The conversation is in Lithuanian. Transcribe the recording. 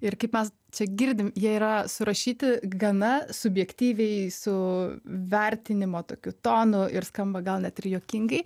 ir kaip mes čia girdim jie yra surašyti gana subjektyviai su vertinimo tokiu tonu ir skamba gal net ir juokingai